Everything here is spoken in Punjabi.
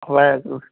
ਵਾਹਿਗੁਰੂ